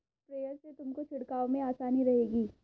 sprayer से तुमको छिड़काव में आसानी रहेगी